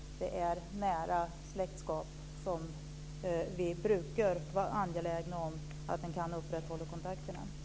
Det handlar om nära släktskap där vi brukar vara angelägna om att man kan upprätthålla kontakterna.